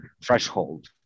threshold